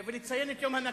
ולציין את יום ה"נכבה",